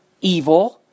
evil